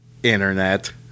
internet